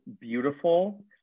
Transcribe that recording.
beautiful